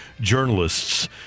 journalists